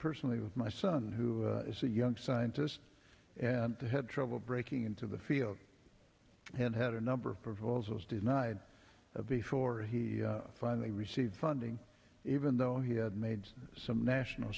personally with my son who is a young scientist and had trouble breaking into the field and had a number of proposals denied before he finally received funding even though he had made some national